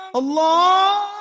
Allah